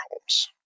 homes